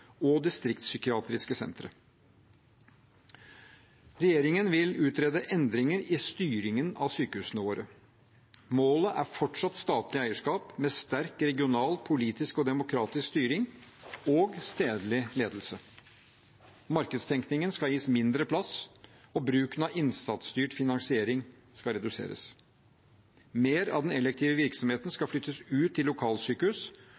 og distriktspsykiatriske sentre. Regjeringen vil utrede endringer i styringen av sykehusene våre. Målet er fortsatt statlig eierskap med sterk regional, politisk og demokratisk styring og stedlig ledelse. Markedstenkningen skal gis mindre plass, og bruken av innsatsstyrt finansiering skal reduseres. Mer av den elektive virksomheten skal flyttes ut til lokalsykehus,